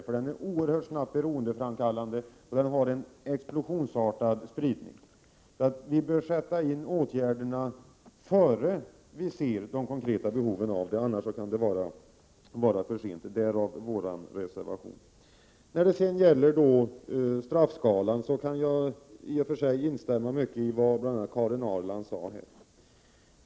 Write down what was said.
Drogen är oerhört snabbt beroendeframkallande, och spridningen är explosionsartad. Vi bör sätta in åtgärderna innan vi ser det konkreta behovet av dem, annars kan det vara för sent. Därav vår reservation. Beträffande straffskalan kan jag instämma i mycket av vad bl.a. Karin Ahrland sade här.